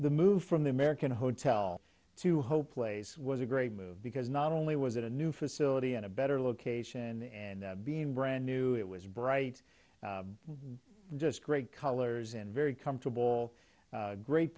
the move from the american hotel to hope place was a great move because not only was it a new facility in a better location and being brand new it was bright just great colors and very comfortable great